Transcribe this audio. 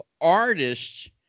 artists